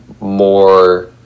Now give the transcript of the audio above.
more